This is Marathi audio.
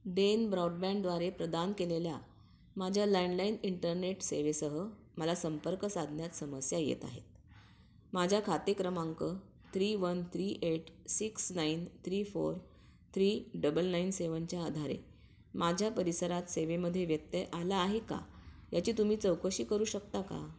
डेन ब्रॉडबँडद्वारे प्रदान केलेल्या माझ्या लँडलाईन इंटरनेट सेवेसह मला संपर्क साधण्यात समस्या येत आहेत माझ्या खाते क्रमांक three one three eight six nine three four three double nine सेवनच्या आधारे माझ्या परिसरात सेवेमध्ये व्यत्यय आला आहे का याची तुम्ही चौकशी करू शकता का